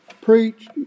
preach